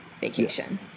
vacation